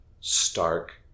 stark